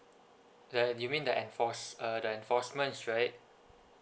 ya you mean the enforced uh the enforcements right